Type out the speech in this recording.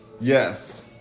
Yes